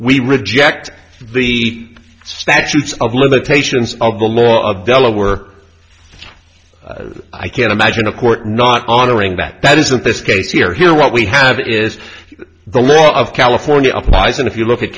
we reject the statutes of limitations of the law of delaware were i can't imagine a court not honoring that that isn't this case here here what we have is the law of california applies and if you look at